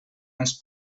ens